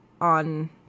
on